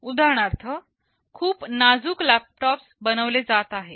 उदाहरणार्थ खूप नाजूक लॅपटॉप्स बनवले जात आहेत